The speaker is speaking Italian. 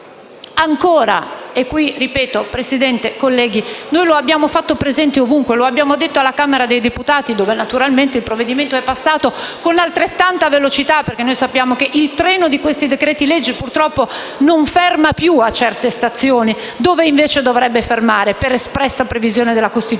e selezionati. Signora Presidente, colleghi, noi lo abbiamo fatto presente ovunque: lo abbiamo detto alla Camera dei deputati, dove naturalmente il provvedimento è passato con altrettanta velocità, perché sappiamo che purtroppo il treno di questi decreti-legge non ferma più a certe stazioni dove invece dovrebbe fermare per espressa previsione della Costituzione